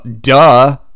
duh